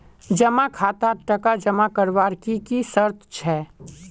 जमा खातात टका जमा करवार की की शर्त छे?